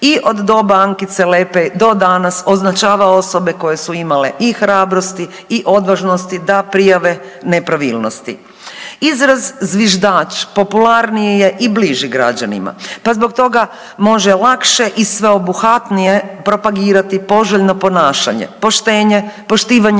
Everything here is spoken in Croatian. i od doba Ankice Lepej do danas označava osobe koje su imale i hrabrosti i odvažnosti da prijave nepravilnosti. Izraz zviždač popularniji je i bliži građanima pa zbog toga može lakše i sveobuhvatnije propagirati poželjno ponašanje, poštenje, poštivanje